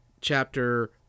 chapter